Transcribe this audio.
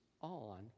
on